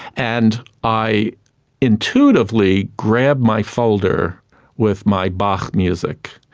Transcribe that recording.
and i intuitively grabbed my folder with my bach music,